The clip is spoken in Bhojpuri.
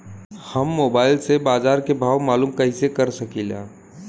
हम मोबाइल से बाजार के भाव मालूम कइसे कर सकीला?